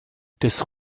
des